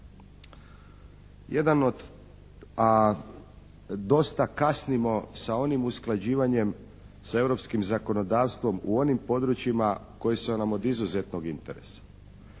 Jedan od, a dosta kasnimo sa onim usklađivanjem sa europskim zakonodavstvom u onim područjima koji su nam od izuzetnog interesa.